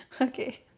Okay